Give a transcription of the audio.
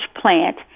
plant